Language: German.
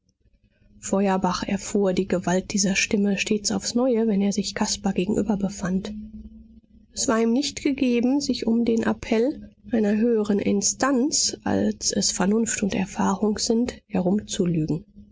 feuerbach erfuhr die gewalt dieser stimme stets aufs neue wenn er sich caspar gegenüberbefand es war ihm nicht gegeben sich um den appell einer höheren instanz als es vernunft und erfahrung sind